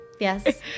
Yes